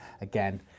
Again